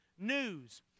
news